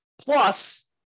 Plus